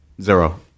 Zero